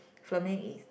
filming